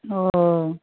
ओ